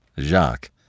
Jacques